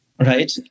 right